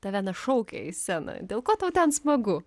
tave na šaukia į sceną dėl ko tau ten smagu